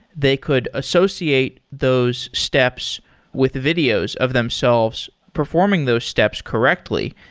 they could associate those steps with videos of themselves performing those steps correctly.